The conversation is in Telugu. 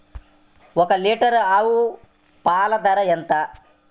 ఒక్క లీటర్ ఆవు పాల ధర ఎంత?